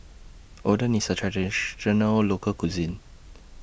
Oden IS A Traditional Local Cuisine